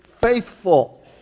faithful